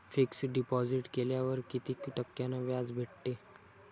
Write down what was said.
Fix deposit केल्यावर कितीक टक्क्यान व्याज भेटते?